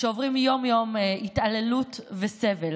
שעוברים יום-יום התעללות וסבל.